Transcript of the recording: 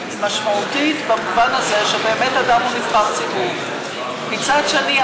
היא משמעותית במובן הזה שבאמת אדם הוא נבחר ציבור; מצד שני,